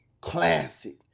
Classic